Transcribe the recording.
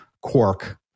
quark